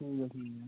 ठीक ऐ ठीक ऐ